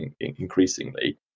increasingly